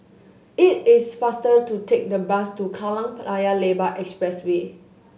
it is faster to take the bus to Kallang Paya Lebar Expressway